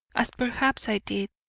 as perhaps i did,